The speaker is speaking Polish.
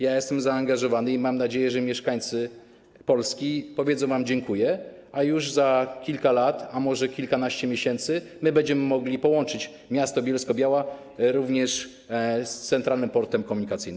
Ja jestem zaangażowany i mam nadzieję, że mieszkańcy Polski powiedzą wam „dziękuję”, i już za kilka lat, a może kilkanaście miesięcy my będziemy mogli połączyć miasto Bielsko-Biała również z Centralnym Portem Komunikacyjnym.